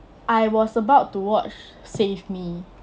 I was about to watch save me